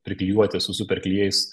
priklijuoti su super klijais